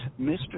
Mr